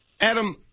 Adam